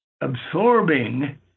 absorbing